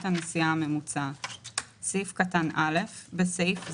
הנסיעה הממוצעת 14. (א)בסעיף זה,